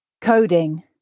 Coding